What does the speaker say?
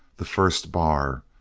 the first bar,